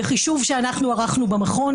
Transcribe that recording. בחישוב שאנחנו ערכנו במכון,